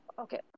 Okay